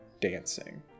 dancing